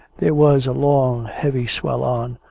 there was a long heavy swell on,